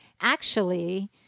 Actually-